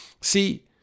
See